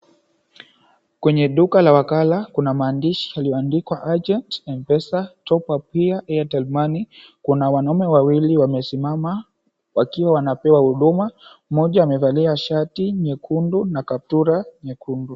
Kwenye duka inaonekana kuna maandishi yaliyoandikwa, Agent M-Pesa, Top Up Here, Airtel Money. Kuna wanaume wawili wamesimama wakiwa wanapewa huduma. Mmoja amevalia shati nyekundu na kaptula nyekundu.